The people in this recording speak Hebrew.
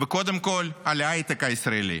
וקודם כול, על ההייטק הישראלי,